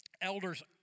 elders